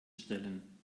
stellen